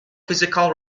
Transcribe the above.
physical